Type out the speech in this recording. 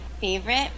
favorite